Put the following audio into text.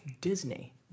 Disney